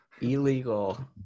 illegal